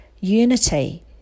unity